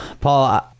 Paul